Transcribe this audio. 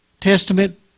Testament